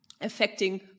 affecting